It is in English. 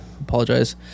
Apologize